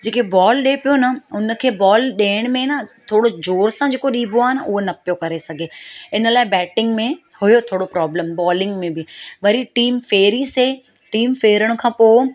जेके बॉल ॾिए पियो न उनखे बॉल ॾियण में ना थोरो जोर सां जेको ॾिबो आहे न उहो न पियो करे सघे इन लाइ बैटिंग में हुयो थोरो प्रॉब्लम बॉलिंग में बि वरी टीम फेरी से टीम फेरण खां पोइ